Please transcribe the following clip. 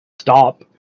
stop